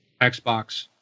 Xbox